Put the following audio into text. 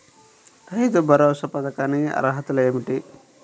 రైతు భరోసా పథకానికి అర్హతలు ఏమిటీ?